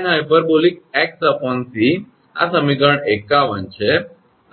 તેથી 𝑙 2𝑐sinh 𝑥𝑐 આ સમીકરણ 51 છે